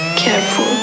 Careful